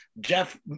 Jeff